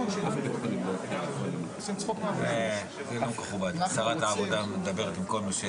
הזה בסופו של דבר כן נותן תקווה שכל הווקטורים של הממשלה